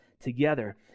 together